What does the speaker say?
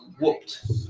whooped